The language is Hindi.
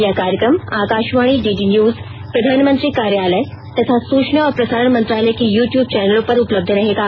यह कार्यक्रम आकाशवाणी डीडी न्यूज प्रधानमंत्री कार्यालय तथा सूचना और प्रसारण मंत्रालय के यू ट्यूब चैनलों पर उपलब्ध रहेगा